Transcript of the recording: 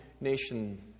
nation